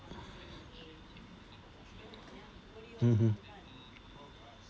mmhmm